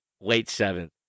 late-seventh